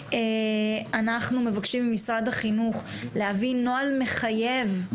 אנחנו מבקשים ממשרד החינוך להביא נוהל מחייב.